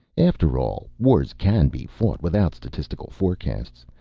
after all, wars can be fought without statistical forecasts.